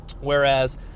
whereas